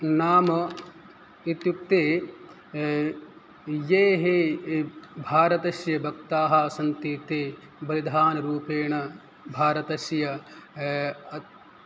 नाम इत्युक्ते येः भारतस्य भक्ताः सन्ति ते बलिदानरूपेण भारतस्य अह्